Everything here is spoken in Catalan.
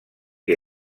que